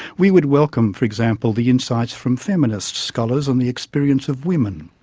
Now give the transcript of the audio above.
we would welcome for example, the insights from feminist scholars and the experience of women.